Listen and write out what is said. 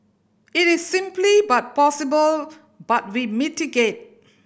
it is simply but possible but we mitigate